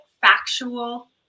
factual